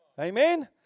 Amen